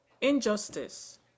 injustice